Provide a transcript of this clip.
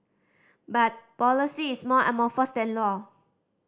but policy is more amorphous than law